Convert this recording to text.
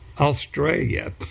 Australia